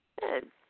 Good